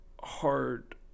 hard